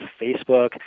Facebook